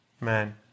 man